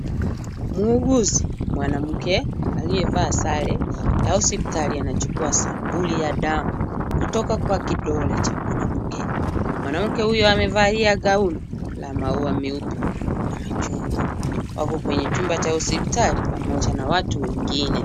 Muuguzi mwanamke aliyevaa sare ya hospitali anachukua sampuli ya damu kutoka kwa kidole cha mwanamke. Mwanamke huyo amevalia gauni la maua meupe na machungwa. Wako kwenye chumba cha hospitali pamoja na watu wengine.